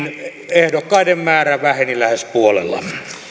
ehdokkaiden määrä väheni lähes puolella